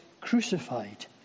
crucified